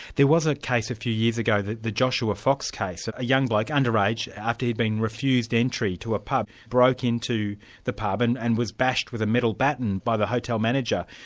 there was a case a few years ago, the the joshua fox case. a a young bloke, under age, after he'd been refused entry to a pub broke into the pub and and was bashed with a metal baton by the hotel manager,